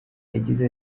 yagize